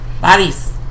Bodies